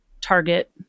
target